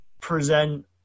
present